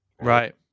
Right